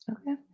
Okay